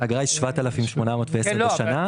האגרה היא 7,810 ₪ בשנה.